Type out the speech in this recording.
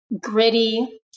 gritty